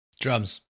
Drums